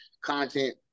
content